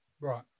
Right